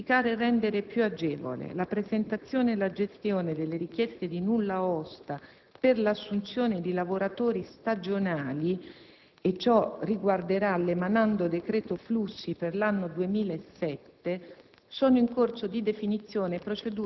Allo scopo comunque di semplificare e rendere più agevole la presentazione e la gestione delle richieste di nulla osta per l'assunzione di lavoratori stagionali, e ciò riguarderà l'emanando decreto flussi per l'anno 2007,